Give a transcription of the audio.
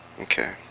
Okay